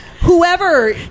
Whoever